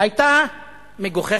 היתה מגוחכת.